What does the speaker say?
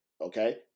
okay